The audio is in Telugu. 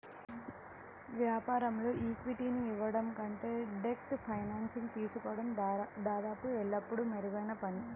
వ్యాపారంలో ఈక్విటీని ఇవ్వడం కంటే డెట్ ఫైనాన్సింగ్ తీసుకోవడం దాదాపు ఎల్లప్పుడూ మెరుగైన పని